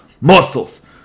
muscles